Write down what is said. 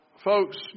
Folks